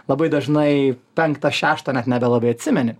labai dažnai penktą šeštą net nebelabai atsimeni